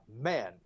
man